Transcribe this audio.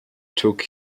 took